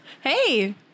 Hey